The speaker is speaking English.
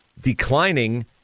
declining